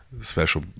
special